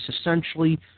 essentially